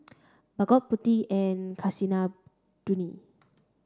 Bhagat Potti and Kasinadhuni